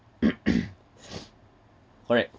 correct